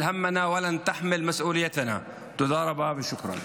תודה רבה ושוכרן.